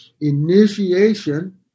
initiation